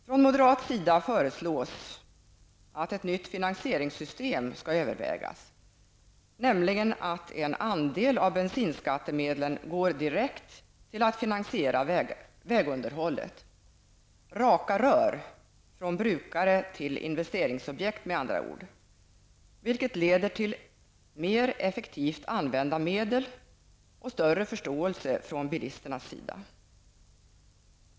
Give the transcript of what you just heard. Från moderat sida föreslås att ett nytt finansieringssystem övervägs, nämligen att en andel av bensinskattemedlen går direkt till att finansiera vägunderhåll, med andra ord ''raka rör'' från brukare till investeringsobjekt, vilket leder till mer effektivt använda medel och större förståelse från bilisternas sida.